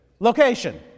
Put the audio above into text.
Location